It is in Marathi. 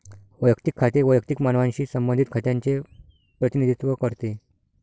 वैयक्तिक खाते वैयक्तिक मानवांशी संबंधित खात्यांचे प्रतिनिधित्व करते